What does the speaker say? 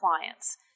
clients